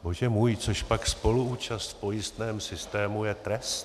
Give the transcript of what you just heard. Bože můj, cožpak spoluúčast v pojistném systému je trest?